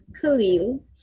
Khalil